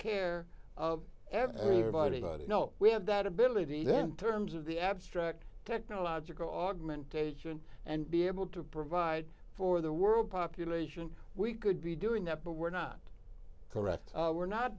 care of everybody but no we have that ability then terms of the abstract technological augmentation and be able to provide for the world population we could be doing that but we're not correct we're not